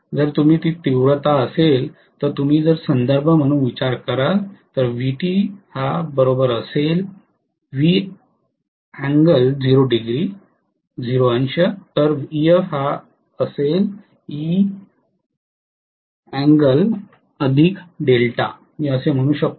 जर तुम्ही ती तीव्रता असेल तर तुम्ही जर संदर्भ म्हणून विचार कराल तर मी असे म्हणू शकतो